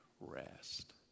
rest